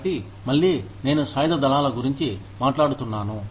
కాబట్టి మళ్లీ నేను సాయుధ దళాల గురించి మాట్లాడుతున్నాను